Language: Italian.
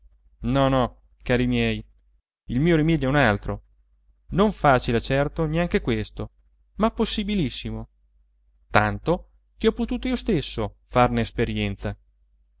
no no cari miei il mio rimedio è un altro non facile certo neanche questo ma possibilissimo tanto che ho potuto io stesso farne esperienza